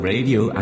Radio